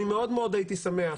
אני מאוד הייתי שמח